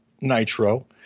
nitro